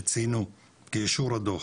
שציינו כי אישור הדוח